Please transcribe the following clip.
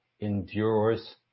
endures